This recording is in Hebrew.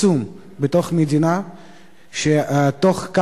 אנחנו לפני משבר עצום במדינה,